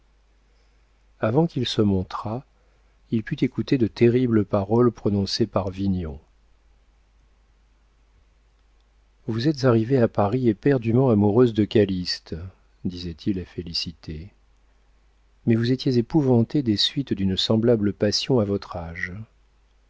avant qu'il se montrât il put écouter de terribles paroles prononcées par vignon vous êtes arrivée à paris éperdument amoureuse de calyste disait-il à félicité mais vous étiez épouvantée des suites d'une semblable passion à votre âge